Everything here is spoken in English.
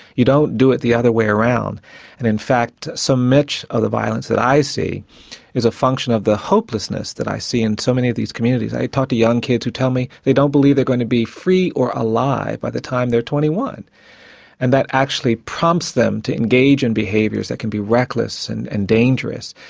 you don't do it the other way around and in fact so much of the violence that i see is a function of the hopelessness that i see in so many of these communities. i talk to young kids who tell me they don't believe they're going to be free or alive by the time they're twenty one and that actually prompts them to engage in and behaviours that can be reckless and and dangerous,